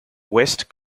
west